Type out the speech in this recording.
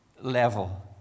level